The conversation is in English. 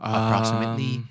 Approximately